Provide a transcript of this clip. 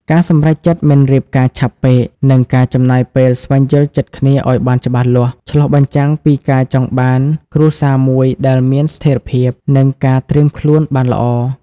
ការសម្រេចចិត្តមិនរៀបការឆាប់ពេក និងការចំណាយពេលស្វែងយល់ចិត្តគ្នាឱ្យបានច្បាស់លាស់ ឆ្លុះបញ្ចាំងពីការចង់បានគ្រួសារមួយដែលមានស្ថិរភាព និងការត្រៀមខ្លួនបានល្អ។